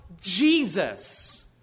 Jesus